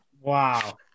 Wow